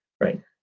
right